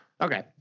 Okay